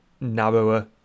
narrower